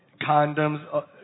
Condoms